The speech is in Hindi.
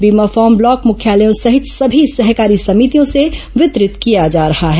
बीमा फॉर्म ब्लॉक मुख्यालयों सहित सभी सहकारी समितियों से वितरित किया जा रहा है